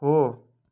हो